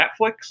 Netflix